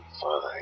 fine